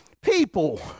people